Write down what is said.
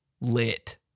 lit